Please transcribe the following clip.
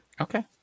okay